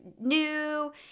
new